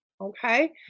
Okay